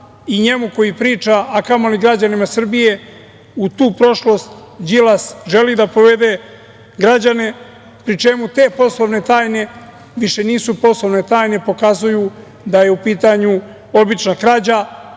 i njemu koji priča, a kamoli građanima Srbije, u tu prošlost Đilas želi da povede građane, pri čemu te poslovne tajne više nisu poslovne tajne, pokazuju da je u pitanju obična krađa,